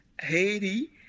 Haiti